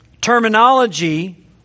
terminology